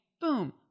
boom